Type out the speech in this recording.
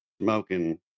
smoking